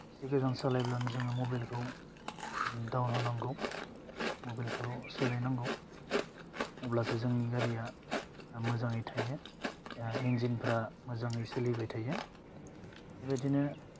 एसे गोजान सालायब्लानो जोङो मबेलखौ डावन होनांगौ मबेलखौ सोलायनांगौ अब्लासो जोंनि गारिया मोजाङै थायो इनजिनफ्रा मोजाङै सोलिबाय थायो बेबायदिनो